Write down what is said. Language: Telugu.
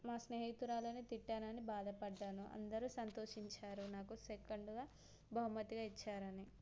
మా స్నేహితురాలిని తిట్టానని బాధపడ్డాను అందరూ సంతోషించారు నాకు సెకండ్గా బహుమతిగా ఇచ్చారని